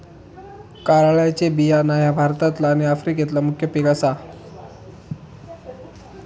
कारळ्याचे बियाणा ह्या भारतातला आणि आफ्रिकेतला मुख्य पिक आसा